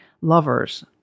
lovers